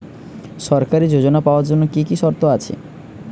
সরকারী যোজনা পাওয়ার জন্য কি কি শর্ত আছে?